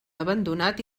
abandonat